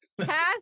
pass